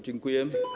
Dziękuję.